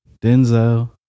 Denzel